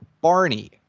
Barney